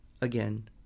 again